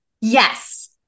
Yes